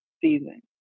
season